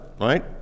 right